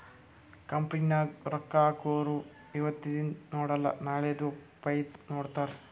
company ನಾಗ್ ರೊಕ್ಕಾ ಹಾಕೊರು ಇವತಿಂದ್ ನೋಡಲ ನಾಳೆದು ಫೈದಾ ನೋಡ್ತಾರ್